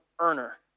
earner